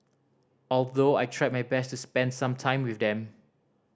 although I tried my best to spend time with them